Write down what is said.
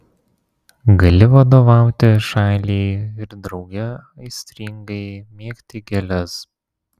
gali vadovauti šaliai ir drauge aistringai mėgti gėles